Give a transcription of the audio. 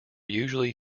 usually